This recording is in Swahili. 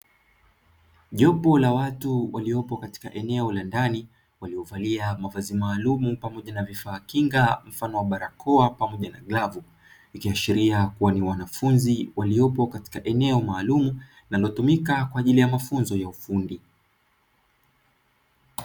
Jopo la watu waliopo katika eneo la ndani waliovalia mavazi maalumu pamoja na vifaa kinga mfano wa barakoa pamoja na glavu, ikiashiria kuwa ni wanafunzi waliopo katika eneo maalumu na linalotumika kwa ajili ya mafunzo ya ufundi.